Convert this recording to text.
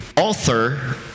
Author